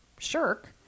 shirk